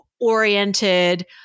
oriented